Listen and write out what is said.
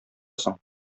соң